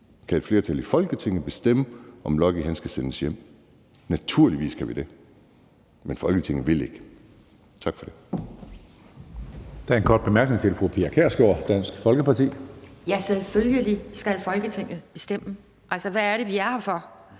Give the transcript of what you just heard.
kan et flertal i Folketinget bestemme, om Lucky skal sendes hjem. Naturligvis kan vi det. Men Folketinget vil ikke. Tak for det.